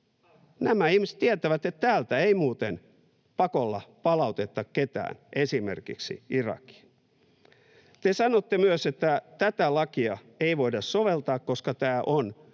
nämä ihmiset tietävät, että täältä ei muuten pakolla palauteta ketään esimerkiksi Irakiin. Te sanotte myös, että tätä lakia ei voida soveltaa, koska tämä on